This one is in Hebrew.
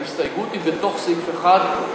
ההסתייגות היא בתוך סעיף 1,